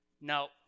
Now